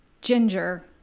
Ginger